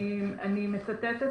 אני מצטטת